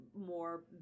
more